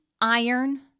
iron